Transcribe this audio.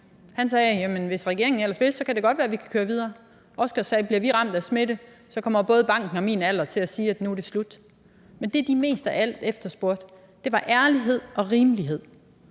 Han sagde: Hvis regeringen ellers vil, kan det godt være, at vi kan køre videre. Oskar sagde: Bliver vi ramt af smitte, kommer både banken og min alder til at sige, at nu er det slut. Men det, de mest af alt efterspurgte, var ærlighed og rimelighed.